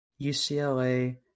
UCLA